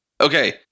Okay